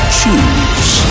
choose